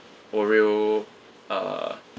oreo err